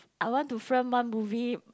I want to film one movie